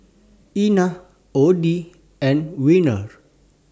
Ina Odie and Werner